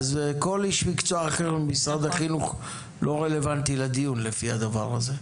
אז כל איש מקצוע אחר של משרד החינוך לא רלוונטי לדיון לפי הדבר הזה.